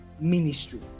ministry